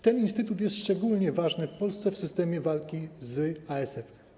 Ten instytut jest szczególnie ważny w Polsce w systemie walki z ASF-em.